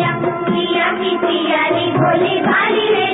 sound bite